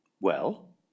Well